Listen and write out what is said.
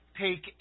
take